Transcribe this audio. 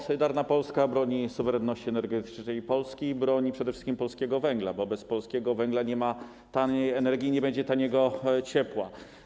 Solidarna Polska broni suwerenności energetycznej Polski i broni przede wszystkim polskiego węgla, bo bez polskiego węgla nie ma taniej energii i nie będzie taniego ciepła.